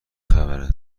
خبره